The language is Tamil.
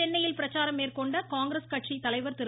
சென்னையில் பிரச்சாரம் மேற்கொண்ட காங்கிரஸ் கட்சியின் திரு